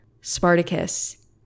Spartacus